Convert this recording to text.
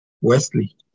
Wesley